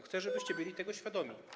Chcę, żebyście byli tego świadomi.